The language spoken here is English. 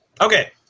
Okay